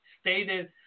stated